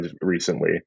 recently